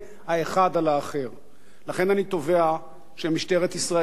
ולכן אני תובע שמשטרת ישראל תתחיל לעבוד ברצינות,